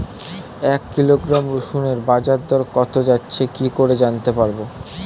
এক কিলোগ্রাম রসুনের বাজার দর কত যাচ্ছে কি করে জানতে পারবো?